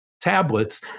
tablets